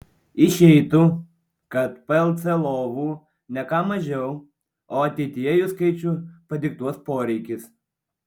išeitų kad plc lovų ne ką mažiau o ateityje jų skaičių padiktuos poreikis